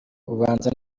ubanza